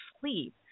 sleep